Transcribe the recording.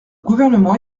gouvernement